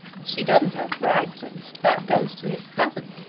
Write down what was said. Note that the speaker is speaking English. she doesn't have bragton. that goes to his cousin.